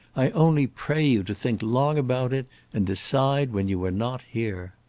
i only pray you to think long about it and decide when you are not here.